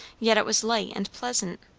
yet it was light and pleasant.